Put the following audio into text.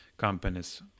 companies